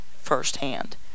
firsthand